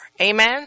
Amen